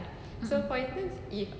mm mm